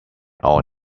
all